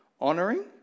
honoring